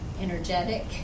energetic